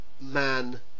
Man